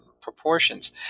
proportions